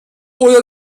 oder